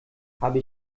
habe